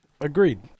Agreed